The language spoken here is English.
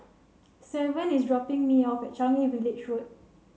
Savon is dropping me off at Changi Village Road